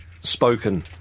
spoken